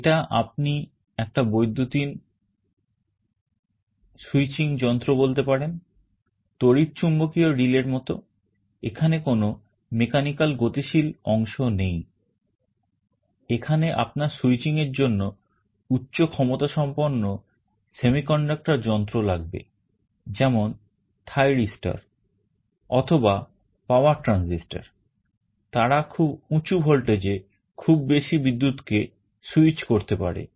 এটা আপনি একটা বৈদ্যুতিন ভোল্টেজে খুব বেশি বিদ্যুৎকে switch করতে পারে